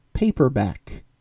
paperback